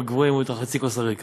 הכול, הנושא הוא רציני.